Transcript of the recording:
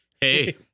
Hey